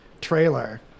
trailer